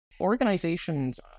organizations